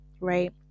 right